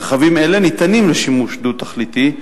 מרחבים אלה ניתנים לשימוש דו-תכליתי,